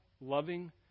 loving